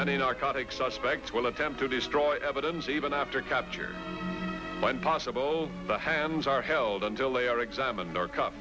many narcotics suspects will attempt to destroy evidence even after capture when possible the hands are held until they are examine